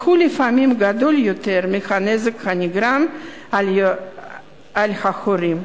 שלפעמים הוא גדול יותר מהנזק הנגרם על-ידי ההורים.